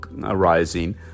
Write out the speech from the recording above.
arising